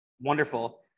Wonderful